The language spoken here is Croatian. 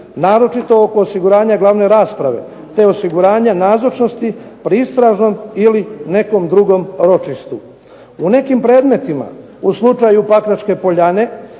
naročito oko osiguranja glavne rasprave te osiguranja nazočnosti pri istražnom ili nekom drugom ročištu. U nekim predmetima u slučaju Pakračke poljane